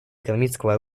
экономического